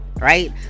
right